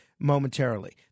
momentarily